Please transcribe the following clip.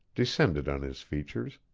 descended on his features,